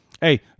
Hey